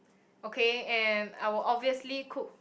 okay and I will obviously cook